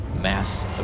mass